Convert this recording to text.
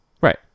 Right